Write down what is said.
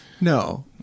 No